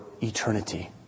eternity